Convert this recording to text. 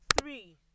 three